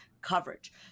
coverage